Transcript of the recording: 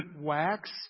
wax